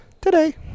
today